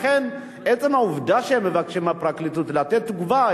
לכן עצם העובדה שמבקשים מהפרקליטות לתת תגובה,